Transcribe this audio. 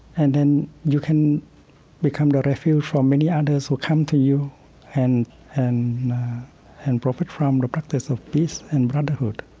and then you can become the refuge for many others who come to you and and and profit from the practice of peace and brotherhood.